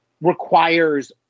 requires